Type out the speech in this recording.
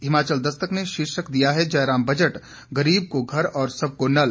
हिमाचल दस्तक ने शीर्षक दिया है जयराम बजट गरीब को घर और सबको नल